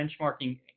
benchmarking